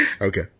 Okay